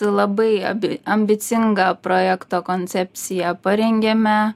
labai abi ambicingą projekto koncepciją parengėme